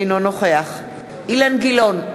אינו נוכח אילן גילאון,